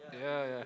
yeah yeah